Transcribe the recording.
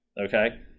okay